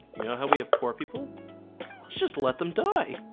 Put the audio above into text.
you know how we have poor people let's just let them die